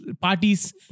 parties